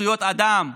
זכויות אדם,